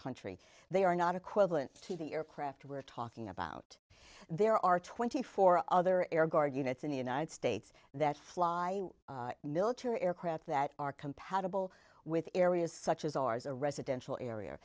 country they are not equivalent to the aircraft we're talking about there are twenty four other air guard units in the united states that fly military aircraft that are compatible with areas such as ours a residential area